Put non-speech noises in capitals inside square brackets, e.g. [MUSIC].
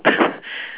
[BREATH]